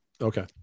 Okay